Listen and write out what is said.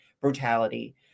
brutality